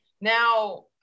now